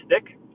stick